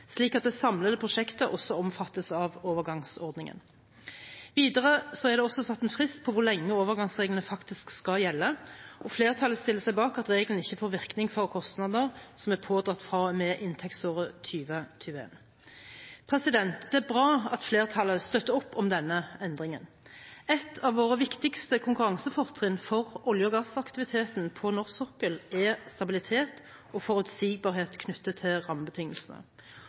slik at det samlede prosjektet også omfattes av overgangsordningen. Videre er det også satt en frist på hvor lenge overgangsreglene faktisk skal gjelde, og flertallet stiller seg bak at regelen ikke får virkning for kostnader som er pådratt fra og med inntektsåret 2021. Det er bra at flertallet støtter opp om denne endringen. Et av våre viktigste konkurransefortrinn for olje- og gassaktiviteten på norsk sokkel er stabilitet og forutsigbarhet knyttet til rammebetingelsene.